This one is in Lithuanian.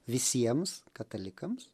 visiems katalikams